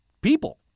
people